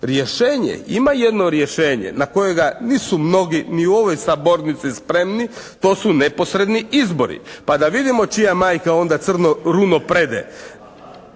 Rješenje, ima jedno rješenje na kojega nisu mnogi ni u ovoj sabornici spremni. To su neposredni izbori. Pa da vidimo čija majka onda crno runo prede?